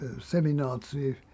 semi-Nazi